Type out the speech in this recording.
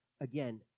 Again